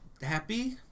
happy